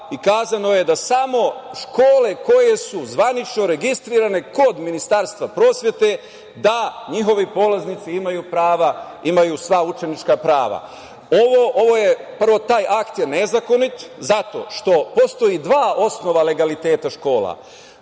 i kazano je da samo škole koje su zvanično registrovane kod Ministarstva prosvete da njihovi polaznici imaju sva učenička prava. Prvo, taj akt je nezakonit, zato što postoji dva osnova legaliteta škola.